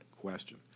question